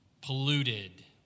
polluted